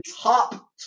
top